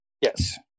Yes